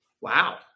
Wow